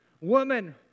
Woman